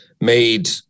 made